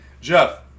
Jeff